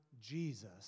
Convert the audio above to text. Jesus